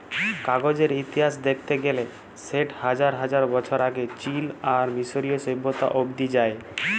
কাগজের ইতিহাস দ্যাখতে গ্যালে সেট হাজার হাজার বছর আগে চীল আর মিশরীয় সভ্যতা অব্দি যায়